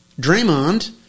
Draymond